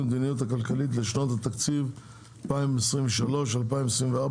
המדיניות הכלכלית לשנות התקציב 2023 ו-2024),